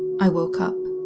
i woke up.